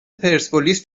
پرسپولیس